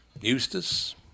Eustace